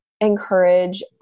encourage